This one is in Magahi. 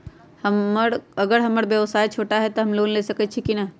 अगर हमर व्यवसाय छोटा है त हम लोन ले सकईछी की न?